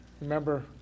Remember